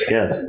Yes